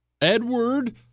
Edward